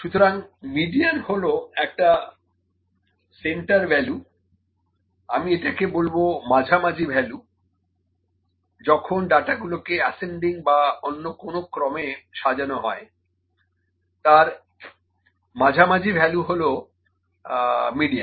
সুতরাং মিডিয়ান হলো একটা সেন্টরা ভালু আমি এটাকে বলবো মাঝামাঝি ভ্যালু যখন ডাটাগুলোকে অ্যাসেন্ডিং বা অন্য কোনো ক্রমে সাজানো হয় তার মাঝামাঝি ভ্যালু হলো মিডিয়ান